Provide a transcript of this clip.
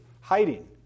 hiding